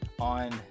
on